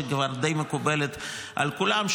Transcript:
שכבר די מקובלת על כולם,